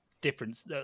difference